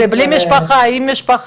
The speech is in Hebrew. זה היה עם משפחה או בלי משפחה?